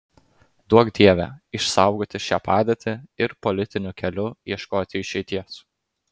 duok dieve išsaugoti šią padėtį ir politiniu keliu ieškoti išeities